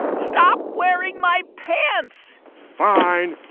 stop wearing my pants fine.